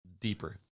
deeper